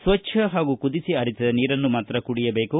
ಸ್ವಚ್ಛ ಹಾಗೂ ಕುದಿಸಿ ಆರಿಸಿದ ನೀರನ್ನು ಮಾತ್ರ ಕುಡಿಯಬೇಕು